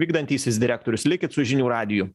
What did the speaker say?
vykdantysis direktorius likit su žinių radiju